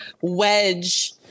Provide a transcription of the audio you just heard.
wedge